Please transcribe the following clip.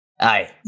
aye